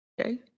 Okay